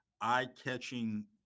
eye-catching